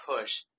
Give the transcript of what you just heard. push